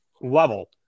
level